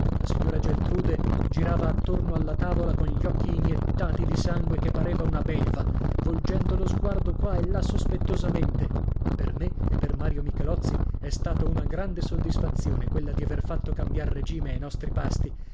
la signora geltrude girava attorno alla tavola con gli occhi iniettati di sangue che pareva una belva volgendo lo sguardo qua e là sospettosamente per me e per mario michelozzi è stata una grande soddisfazione quella di aver fatto cambiar regime ai nostri pasti